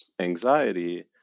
anxiety